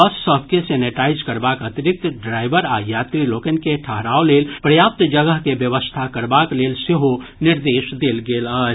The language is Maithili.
बस सभ के सेनेटाईज करबाक अतिरिक्त ड्राईवर आ यात्री लोकनि के ठहराव लेल पर्याप्त जगह के व्यवस्था करबाक लेल सेहो निर्देश देल गेल अछि